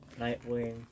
Nightwing